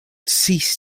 cease